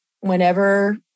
whenever